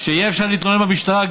שיהיה אפשר גם להתלונן במשטרה,